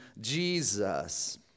Jesus